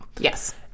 Yes